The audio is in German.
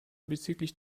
bezüglich